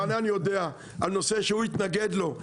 רענן יודע; זה נושא שהוא התנגד לו,